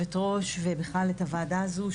יושבת הראש ובכלל, את הוועדה הזו,